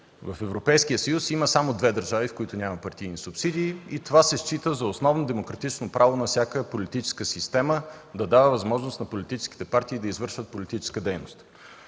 В Европейския съюз има само две държави, в които няма партийни субсидии и това се счита за основно демократично право на всяка политическа система, да дава възможност на политическите партии да извършват политическа дейност.